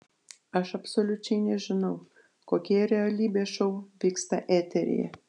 aš absoliučiai nežinau kokie realybės šou vyksta eteryje